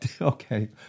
Okay